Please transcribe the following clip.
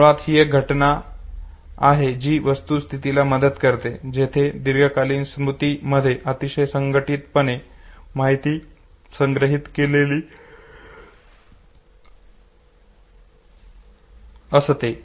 मुळात ही एक घटना आहे जी वस्तुस्थितीला मदत करते जेथे दीर्घकालीन स्मृतीमध्ये अतिशय संघटितपणे माहिती संग्रहित केलेली असते